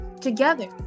together